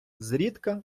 зрідка